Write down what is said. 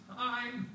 time